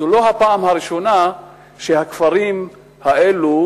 זו לא הפעם הראשונה שהכפרים האלו,